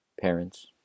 Parents